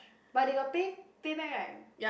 but they got pay pay back right